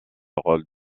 rôle